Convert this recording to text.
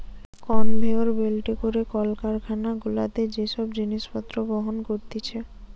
conveyor বেল্টে করে কারখানা গুলাতে সব জিনিস পত্র বহন করতিছে